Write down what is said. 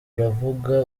aravuga